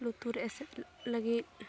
ᱞᱩᱛᱩᱨ ᱮᱥᱮᱫ ᱞᱟᱹᱜᱤᱫ